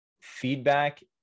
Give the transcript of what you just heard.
feedback